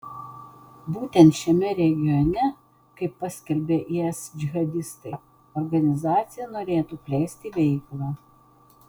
būtent šiame regione kaip paskelbė is džihadistai organizacija norėtų plėsti veiklą